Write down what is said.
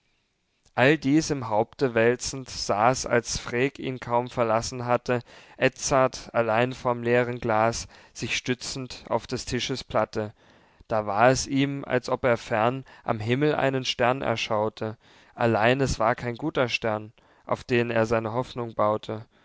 all dies im haupte wälzend saß als freek ihn kaum verlassen hatte edzard allein vorm leeren glas sich stützend auf des tisches platte da war es ihm als ob er fern am himmel einen stern erschaute allein es war kein guter stern auf den er seine hoffnung baute